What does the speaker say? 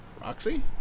Roxy